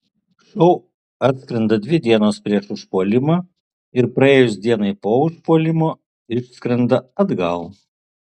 šou atskrenda dvi dienos prieš užpuolimą ir praėjus dienai po užpuolimo išskrenda atgal